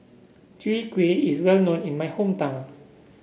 Chwee Kueh is well known in my hometown